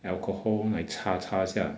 alcohol 来插插一下